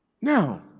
Now